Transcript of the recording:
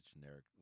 generic